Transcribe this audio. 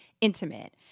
intimate